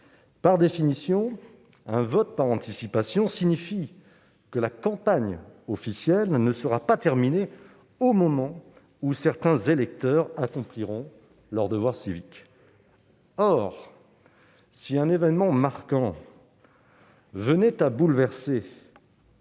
Par définition, un vote par anticipation signifie que la campagne officielle ne sera pas terminée au moment où certains électeurs accompliront leur devoir civique. Or, si un événement marquant venait à bouleverser